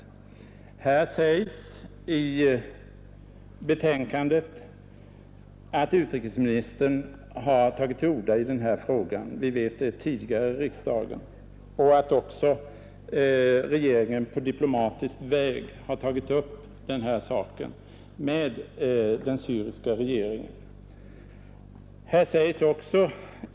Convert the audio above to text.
Utskottet anför i betänkandet att utrikesministern tidigare i riksdagen uttalat sig i denna fråga samt att regeringen på diplomatisk väg har tagit upp denna sak med den syriska regeringen.